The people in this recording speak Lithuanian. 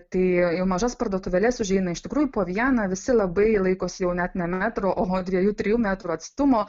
tai į mažas parduotuvėles užeina iš tikrųjų po vieną visi labai laikosi jau net ne metro o dviejų trijų metrų atstumo